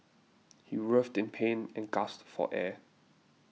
he writhed in pain and gasped for air